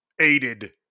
aided